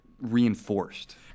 reinforced